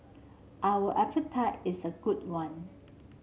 our appetite is a good one